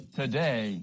today